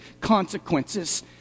consequences